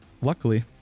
luckily